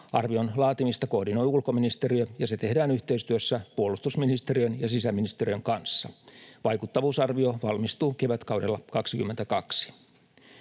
Arvion laatimista koordinoi ulkoministeriö, ja se tehdään yhteistyössä puolustusministeriön ja sisäministeriön kanssa. Vaikuttavuusarvio valmistuu kevätkaudella 22.